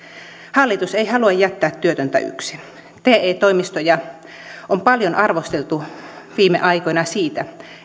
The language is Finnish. hallitus ei halua jättää työtöntä yksin te toimistoja on paljon arvosteltu viime aikoina siitä